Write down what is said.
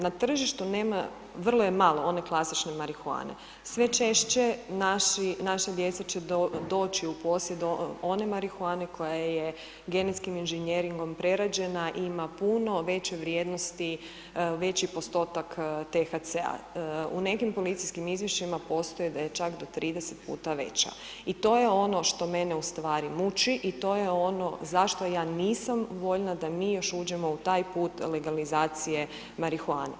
Na tržištu nema, vrlo je malo one klasične marihuane, sve češće naša djeca će doći u posjed one marihuane koja je genetskim inženjeringom prerađene i ima puno veće vrijednosti, veći postotak THC-a. u nekim policijskim izvješćima postoji da je čak do 30 puta veća i to je ono što mene ustvari muči i to je ono zašto ja nisam voljna da mi još uđemo u taj put legalizacije marihuane.